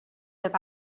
that